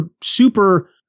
super